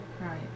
Right